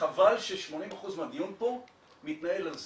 וחבל ש-80% מהדיון פה מתנהל על זה.